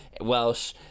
welsh